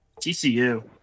TCU